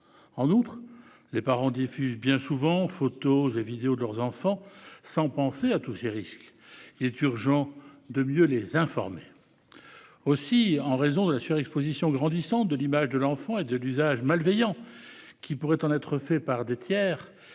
sociaux. Ces derniers diffusent bien souvent des photos et des vidéos de leurs enfants sans penser à tous ces risques ; il est urgent de mieux les informer ! Aussi, en raison de la surexposition grandissante de l'image de l'enfant et de l'usage malveillant qui pourrait en être fait par des tiers,